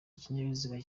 ikinyabiziga